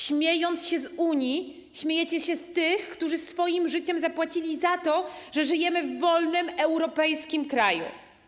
Śmiejąc się z Unii, śmiejecie się z tych, którzy swoim życiem zapłacili za to, że żyjemy w wolnym europejskim kraju.